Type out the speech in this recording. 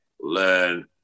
learn